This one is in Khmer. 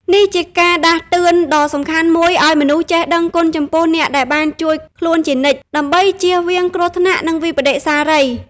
នេះជាការដាស់តឿនដ៏សំខាន់មួយឲ្យមនុស្សចេះដឹងគុណចំពោះអ្នកដែលបានជួយខ្លួនជានិច្ច ដើម្បីចៀសវាងគ្រោះថ្នាក់និងវិប្បដិសារី។